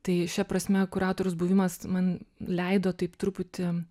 tai šia prasme kuratoriaus buvimas man leido taip truputį